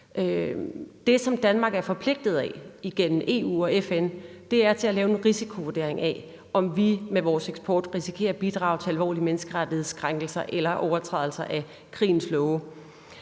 Det, som Danmark er forpligtet til igennem EU og FN, er at lave en risikovurdering af, om vi med vores eksport risikerer at bidrage til alvorlige menneskerettighedskrænkelser eller overtrædelser af krigens love.